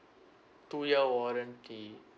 two year warranty